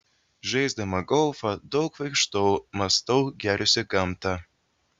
žaisdama golfą daug vaikštau mąstau gėriuosi gamta